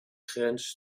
grens